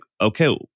okay